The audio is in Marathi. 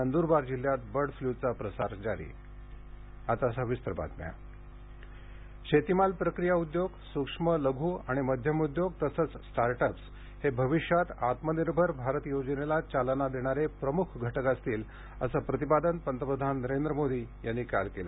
नंदूरबार जिल्ह्यात बर्डफ्लूचा प्रसार जारी पंतप्रधान शेतमाल प्रक्रिया उद्योग सूक्ष्म लघु आणि मध्यम उद्योग तसंच स्टार्ट अप्स हे भविष्यात आत्मनिर्भर भारत योजनेला चालना देणारे प्रमुख घटक असतील असं प्रतिपादन पंतप्रधान नरेंद्र मोदी यांनी काल केलं